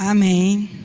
um main